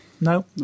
No